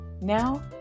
Now